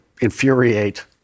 infuriate